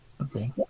Okay